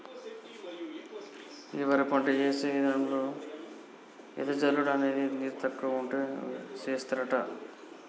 గీ వరి పంట యేసే విధానంలో ఎద జల్లుడు అనేది నీరు తక్కువ ఉంటే సేస్తారట